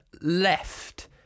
left